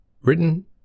Written